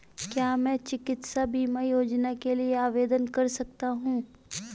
क्या मैं चिकित्सा बीमा योजना के लिए आवेदन कर सकता हूँ?